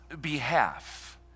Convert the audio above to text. behalf